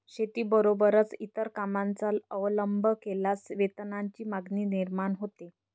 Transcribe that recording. शेतीबरोबरच इतर कामांचा अवलंब केल्यास वेतनाची मागणी निर्माण होते